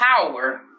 power